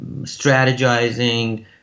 strategizing